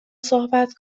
صحبت